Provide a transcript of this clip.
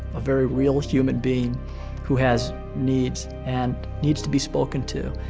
a very real human being who has needs, and needs to be spoken to,